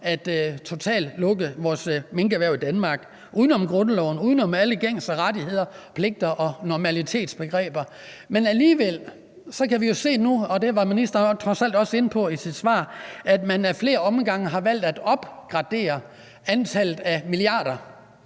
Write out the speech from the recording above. kr. totalt at lukke vores minkerhverv i Danmark – uden om grundloven, uden om alle gængse rettigheder, pligter og normalitetsbegreber. Men alligevel kan vi jo se nu, og det var ministeren trods alt også inde på i sit svar, at man ad flere omgange har valgt at opjustere antallet af milliarder.